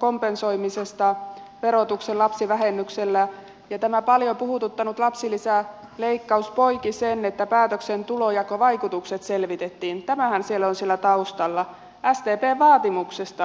kompensoimisesta verotuksen lapsivähennyksellä ja tämä paljon puhututtanut lapsilisäleikkaus poiki sen että päätöksen tulonjakovaikutukset selvitettiin tämähän siellä on taustalla sdpn vaatimuksesta